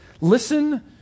Listen